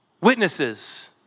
Witnesses